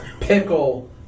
pickle